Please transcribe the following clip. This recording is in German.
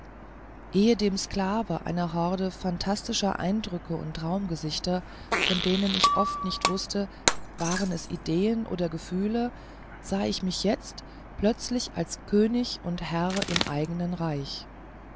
werden ehedem sklave einer horde phantastischer eindrücke und traumgesichter von denen ich oft nicht gewußt waren es ideen oder gefühle sah ich mich jetzt plötzlich als herr und könig im eigenen reich